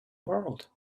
world